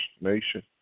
nation